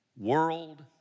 world